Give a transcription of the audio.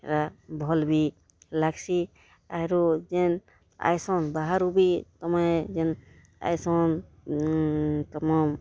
ଇଟା ଭଲ୍ ବି ଲାଗ୍ସି ଆରୁ ଯେନ୍ ଆଏସନ୍ ବାହାରୁ ବି ତମେ ଯେନ୍ ଆଏସନ୍ ତମ